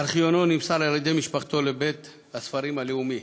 ארכיונו נמסר על-ידי משפחתו לבית-הספרים הלאומי.